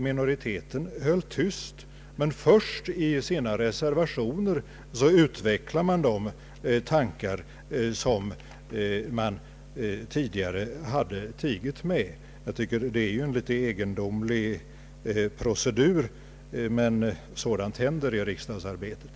Minoriteten höll tyst, och först i sina reservationer utvecklade man de tankar man tidigare tigit med. Det är en egendomlig procedur, men sådant händer i riksdagsarbetet.